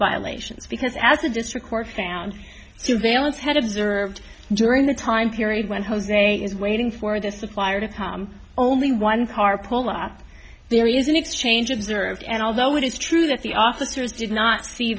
violations because as a district court found two valence had observed during the time period when jose is waiting for the supplier to come only one car pull up there is an exchange observed and although it is true that the officers did not see